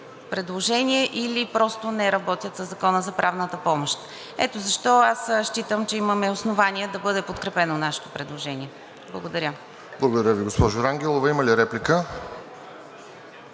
предложение, или просто не работят със Закона за правната помощ. Ето защо считам, че имаме основание да бъде подкрепено нашето предложение. Благодаря. ПРЕДСЕДАТЕЛ РОСЕН ЖЕЛЯЗКОВ: Благодаря Ви, госпожо Рангелова. Има ли реплика?